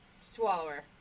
swallower